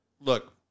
look